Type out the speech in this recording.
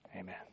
Amen